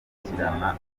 gushyikirana